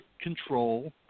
control